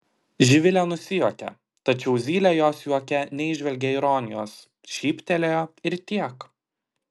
živilė nusijuokė tačiau zylė jos juoke neįžvelgė ironijos šyptelėjo ir tiek